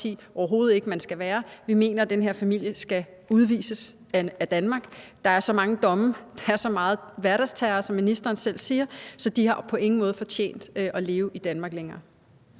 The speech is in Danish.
overhovedet ikke man skal være. Vi mener, den her familie skal udvises af Danmark. Der er så mange domme, der er så meget hverdagsterror, som ministeren selv siger, at de på ingen måde har fortjent at leve i Danmark længere.